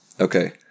Okay